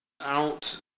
out